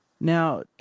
Now